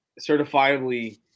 certifiably